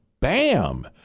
bam